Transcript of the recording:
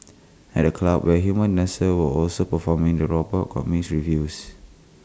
at the club where human dancers were also performing the robot got mixed reviews